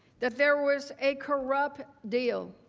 that there was a corrupt deal.